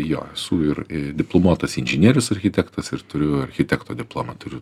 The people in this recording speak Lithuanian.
jo esu ir diplomuotas inžinierius architektas ir turiu architekto diplomą turiu